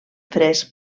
fresc